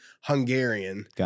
Hungarian